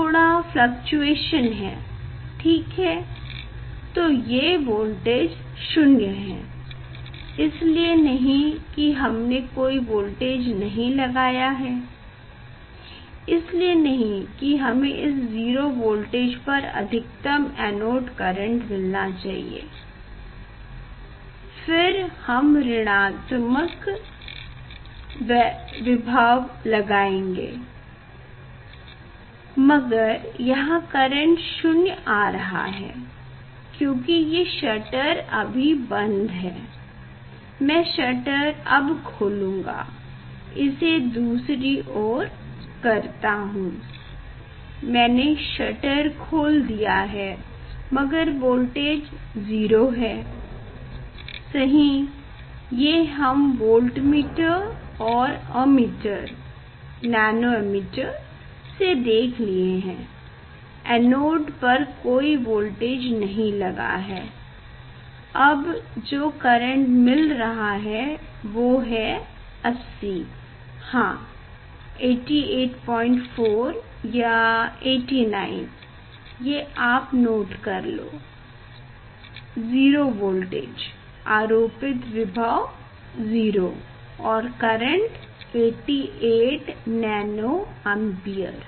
थोड़ा फ्लक्चुयशन है ठीक है तो ये वोल्टेज 0 है इसलिए नहीं की हमने कोई वोल्टेज नहीं लगाया है इसलिए नहीं हमें इस 0 वोल्टेज पर अधितम एनोड करेंट मिलना चाहिए फिर हम ऋणात्मक विभव लगाएगे मगर यहाँ करेंट शून्य आ रहा है क्योकि ये शटर अभी बंद है मैं शटर अब खोलुंगा इसे दूसरी ओर करता हूँ मैंने शटर खोल दिया है मगर वोल्टेज 0 है सहीं ये हम वोल्टमीटर और अमिटर नैनो मीटर से देख लिया है एनोड पर कोई वोल्टेज नहीं लगा है अब जो करेंट मिल रहा ये वो है 80 हाँ 884 या 89 ये आप नोट कर लो 0 वोल्टेज आरोपित विभव 0 और करेंट 88 नैनोअम्पियर